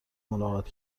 ملاقات